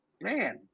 man